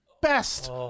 best